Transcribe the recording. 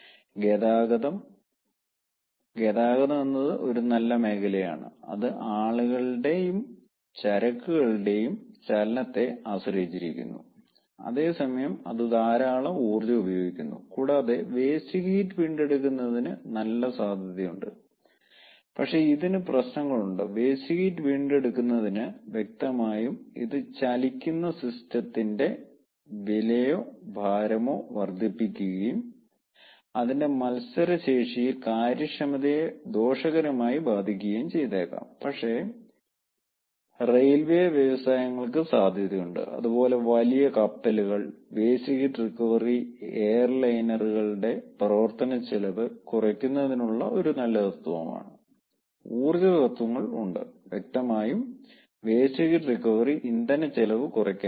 ഗതാഗതം ഗതാഗതം എന്നത് ഒരു നല്ല മേഖലയാണ് അത് ആളുകളുടെയും ചരക്കുകളുടെയും ചലനത്തെ ആശ്രയിച്ചിരിക്കുന്നു അതേ സമയം അത് ധാരാളം ഊർജ്ജം ഉപയോഗിക്കുന്നു കൂടാതെ വേസ്റ്റ് ഹീറ്റ് വീണ്ടെടുക്കുന്നതിന് നല്ല സാധ്യതയുണ്ട് പക്ഷേ ഇതിന് പ്രശ്നങ്ങളുണ്ട് വേസ്റ്റ് ഹീറ്റ് വീണ്ടെടുക്കുന്നതിനു വ്യക്തമായും ഇത് ചലിക്കുന്ന സിസ്റ്റത്തിന്റെ വിലയോ ഭാരമോ വർദ്ധിപ്പിക്കുകയും അതിന്റെ മത്സരശേഷിയിൽ കാര്യക്ഷമതയെ ദോഷകരമായി ബാധിക്കുകയും ചെയ്തേക്കാം പക്ഷേ റെയിൽവേ വ്യവസായങ്ങൾക്ക് സാധ്യതയുണ്ട് അതുപോലെ വലിയ കപ്പലുകൾ വേസ്റ്റ് ഹീറ്റ് റിക്കവറി എയർലൈനറുകളുടെ പ്രവർത്തനച്ചെലവ് കുറയ്ക്കുന്നതിനുള്ള ഒരു നല്ല തത്വമാണ് ഊർജ്ജ തത്വങ്ങൾ ഉണ്ട് വ്യക്തമായും വേസ്റ്റ് ഹീറ്റ് റിക്കവറി ഇന്ധനച്ചെലവ് കുറയ്ക്കാൻ കഴിയും